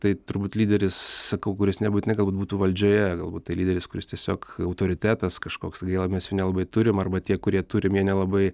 tai turi būt lyderis sakau kuris nebūtinai galbūt būtų valdžioje galbūt tai lyderis kuris tiesiog autoritetas kažkoks gaila mes jų nelabai turim arba tie kurie turim nelabai